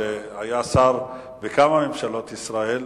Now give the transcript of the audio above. שהיה שר בכמה ממשלות ישראל,